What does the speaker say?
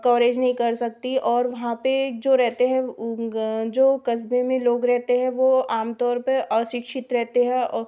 coverage नहीं कर सकती और वहाँ पर जो रहते हैं जो कस्बे में लोग रहते है वह आमतौर पर अशिक्षित रहेते हैं और